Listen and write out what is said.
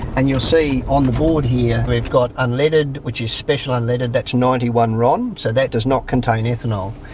and you'll see on the board here you've got unleaded, which is special unleaded, that's ninety one ron, so that does not contain ethanol.